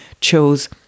chose